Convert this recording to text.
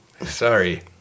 Sorry